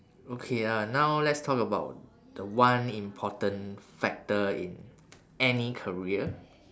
okay uh now let's talk about the one important factor in any career